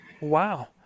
Wow